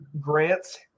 grants